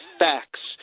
facts